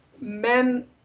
men